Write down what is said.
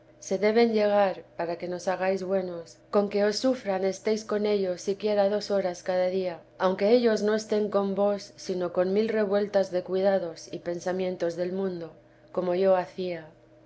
se deben llegar para que nos hagáis buenos con que os sufran estéis con ellos siquiera do horas cada día aunque ellos no estén con vos sino con mil revueltas de cuidados y pensamientos del mundo como yo hacía